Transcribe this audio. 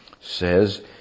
says